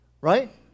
right